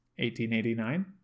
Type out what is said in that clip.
1889